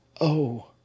Oh